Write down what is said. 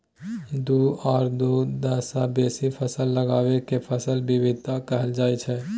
दु आ दु सँ बेसी फसल लगाएब केँ फसल बिबिधता कहल जाइ छै